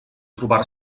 trobar